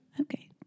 Okay